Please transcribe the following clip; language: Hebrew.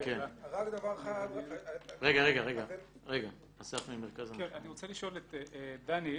אני רוצה לשאול את דני.